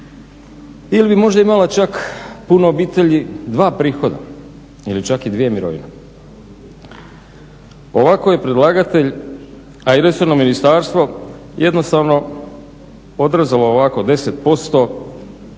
ili bi možda imala čak puno obitelji dva prihoda ili čak i dvije mirovine. Ovako je predlagatelj, a i resorno ministarstvo, jednostavno odrezalo ovako 10% pa